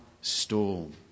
storm